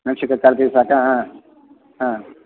ಮೆಣ್ಸಿನ್ಕಾಯಿ ಕಾಲು K G ಸಾಕಾ ಹಾಂ ಹಾಂ